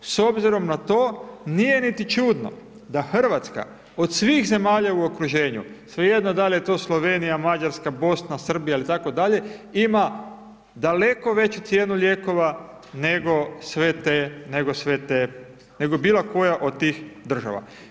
S obzirom na to, nije niti čudno da Hrvatska od svih zemalja u okruženju, svejedno dal' je to Slovenija, Mađarska, Bosna, Srbija itd., ima daleko veću cijenu lijekova nego sve te, nego bilokoja od tih država.